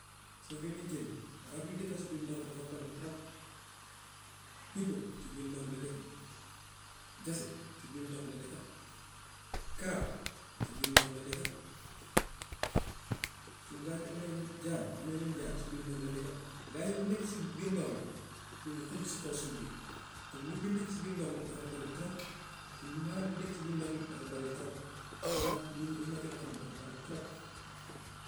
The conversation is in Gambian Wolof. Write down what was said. Soo génnee jën rab yi dëkka si biir ndox bi dafa bëri trop kipo si biir ndox bi la dëkka jasit si biir ndox bi la dëkka karaab si biir ndox bi la dëkka comme gaa ñi am na yeneen am na yeneen jaan si biir ndox bi la dëkka gaa ñi lu nekk si biir ndox bi loolu xajul si kaw suuf bi comme lu bi nekk si biir ndox bi dafa bëri trop comme maanaam lu dëkk si biir ndox bi dafa bëri trop lu ma yi ma jot a xam dafa bëri trop.